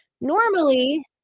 Normally